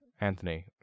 Anthony